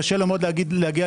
קשה לו מאוד להגיע לדירה.